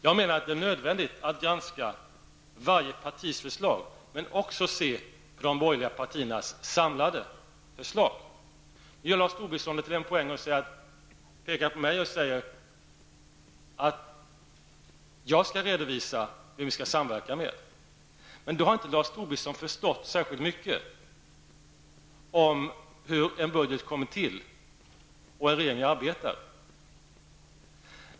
Jag menar att det är nödvändigt att granska varje partis förslag, men också se de borgerliga partiernas samlade förslag. Sedan försöker Lars Tobisson få en poäng genom att peka på mig och säga att jag skall redovisa vem vi skall samverka med. Men då har inte Lars Tobisson förstått särskilt mycket av hur en budget kommer till och hur en regering arbetar.